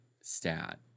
stat